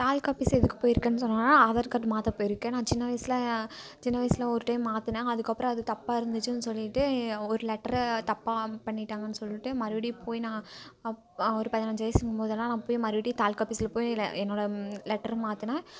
தாலுக்காஃபீஸ் எதுக்கு போயிருக்கேன்னு சொன்னேன்னா ஆதார் கார்ட் மாற்ற போயிருக்கேன் நான் சின்ன வயசில் சின்ன வயசில் ஒரு டைம் மாற்றினேன் அதுக்கப்புறம் அது தப்பாக இருந்துச்சின்னு சொல்லிட்டு ஒரு லெட்டர தப்பாக பண்ணிட்டாங்கன்னு சொல்லிட்டு மறுபடி போய் நான் ஒரு பதினைஞ்சு வயசும்போதெல்லாம் நான் போய் மறுபடி தாலுக்காஃபீஸ்ல போய் லெ என்னோடய லெட்ரு மாற்றினேன்